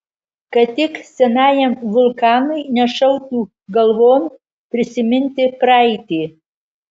kad tik senajam vulkanui nešautų galvon prisiminti praeitį